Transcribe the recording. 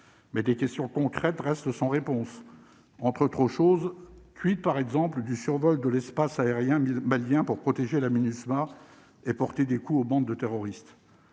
mais des questions concrètes restent sans réponse, entre autres choses, cuite par exemple du survol de l'espace aérien malien pour protéger la Minusma et porter des coups aux bandes de terroristes